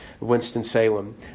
Winston-Salem